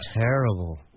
terrible